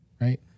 right